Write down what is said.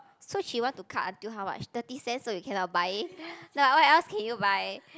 so she want to cut until how much thirty cent so you cannot buy like what else can you buy